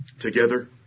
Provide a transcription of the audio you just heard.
Together